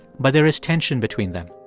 but there is tension between them.